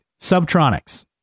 Subtronics